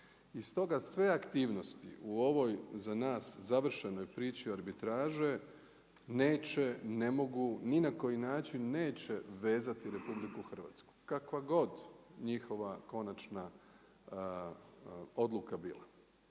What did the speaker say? I stoga sve aktivnosti u ovoj za nas završenoj priči arbitraže neće, ne mogu ni na koji način neće vezati Republiku Hrvatsku kakva god njihova konačna odluka bila.